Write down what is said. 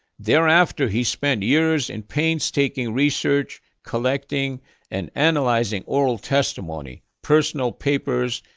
thereafter, he spent years in painstaking research, collecting and analyzing oral testimony, personal papers,